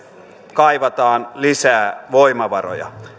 kaivataan lisää voimavaroja